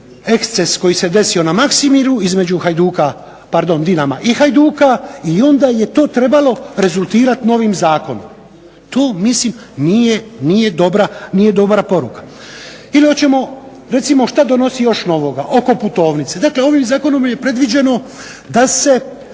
eksces koji se desio na Maksimiru između Hajduka, pardon Dinama i Hajduka i onda je to trebalo rezultirati novim zakonom. To mislim nije dobra poruka. Ili hoćemo, recimo šta donosi još novoga oko putovnice. Dakle, ovim zakonom je predviđeno da se